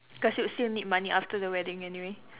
cause you would still need money after the wedding anyway